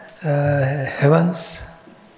heavens